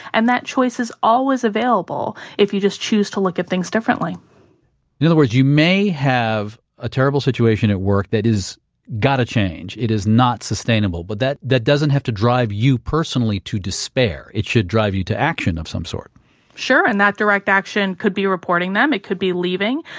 and that choice is always available, if you just choose to look at things differently in other words, you may have a terrible situation at work that has got to change, it is not sustainable. but that that doesn't have to drive you personally to despair, it should drive you to action of some sort sure, and that direct action could be reporting them, it could be leaving.